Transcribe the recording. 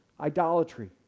Idolatry